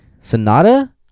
Sonata